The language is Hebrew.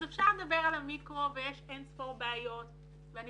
אז אפשר לדבר על המיקרו ויש אין ספור בעיות ואני